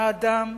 האדם,